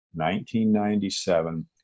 1997